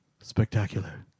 spectacular